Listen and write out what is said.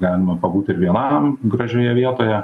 galima pabūt ir vienam gražioje vietoje